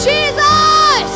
Jesus